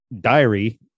diary